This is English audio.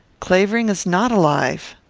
clavering is not alive.